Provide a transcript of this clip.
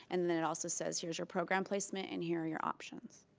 and then it also says here's your program placement and here are your options.